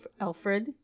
Alfred